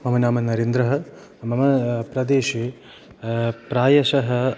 मम नाम नरेन्द्रः मम प्रदेशे प्रायशः